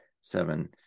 seven